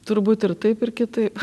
turbūt ir taip ir kitaip